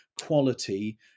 quality